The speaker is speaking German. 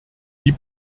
die